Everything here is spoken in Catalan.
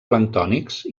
planctònics